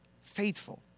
faithful